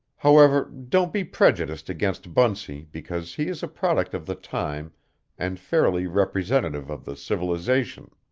however, don't be prejudiced against bunsey because he is a product of the time and fairly representative of the civilization.